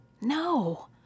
No